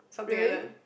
really